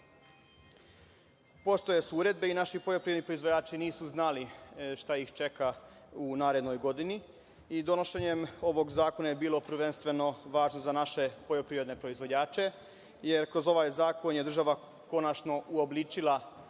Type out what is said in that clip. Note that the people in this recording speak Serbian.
Postojale su uredbe i naši poljoprivredni proizvođači nisu znali šta ih čeka u narednoj godini. Donošenjem ovog zakona je bilo prvenstveno važno za naše poljoprivredne proizvođače, jer je kroz ovaj zakon država konačno uobličila